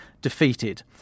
defeated